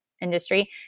industry